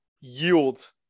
yield